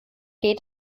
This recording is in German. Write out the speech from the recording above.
geht